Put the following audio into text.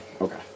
Okay